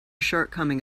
shortcoming